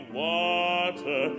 water